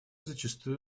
зачастую